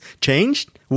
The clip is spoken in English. changed